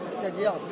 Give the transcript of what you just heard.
C'est-à-dire